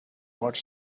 what